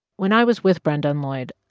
when i was with brenda and lloyd,